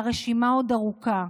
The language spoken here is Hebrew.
והרשימה עוד ארוכה.